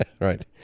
Right